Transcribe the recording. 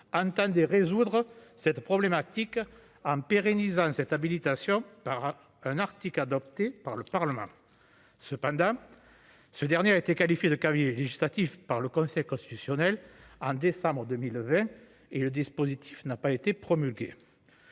entendez résoudre cette problématique en pérennisant cette habilitation par un Arctique adoptée par le Parlement, cependant, ce dernier a été qualifiée de cavalier législatif par le Conseil constitutionnel en décembre 2020 et le dispositif n'a pas été promulguée.